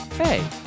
hey